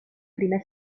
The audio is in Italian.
prime